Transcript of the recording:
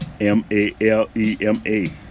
M-A-L-E-M-A